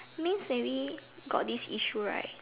means maybe got this issue right